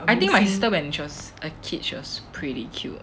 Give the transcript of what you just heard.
I think my sister when she was a kid she was pretty cute